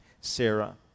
Sarah